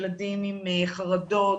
ילדים עם חרדות.